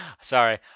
Sorry